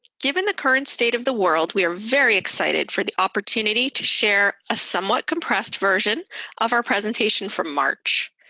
given the current state of the world, we are very excited for the opportunity to share a somewhat compressed version of our presentation for march.